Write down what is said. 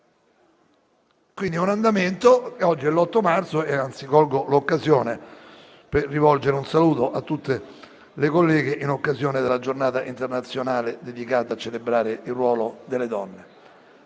dell'8 marzo. A tal proposito, colgo l'occasione per rivolgere un saluto a tutte le colleghe in occasione della Giornata internazionale dedicata a celebrare il ruolo delle donne.